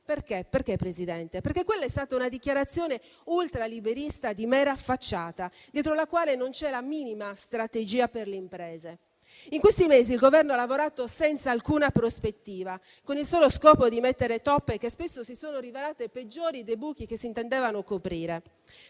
e arrabbiati, perché quella è stata una dichiarazione ultraliberista di mera facciata, dietro la quale non c'era la minima strategia per le imprese. In questi mesi il Governo ha lavorato senza alcuna prospettiva, con il solo scopo di mettere toppe che spesso si sono rivelate peggiori dei buchi che si intendevano coprire.